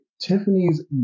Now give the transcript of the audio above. Tiffany's